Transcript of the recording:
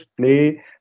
play